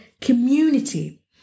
community